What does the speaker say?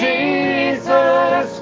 Jesus